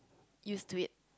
used to it